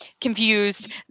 confused